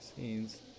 scenes